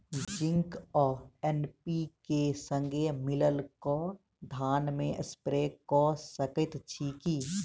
Zinc आ NPK, संगे मिलल कऽ धान मे स्प्रे कऽ सकैत छी की?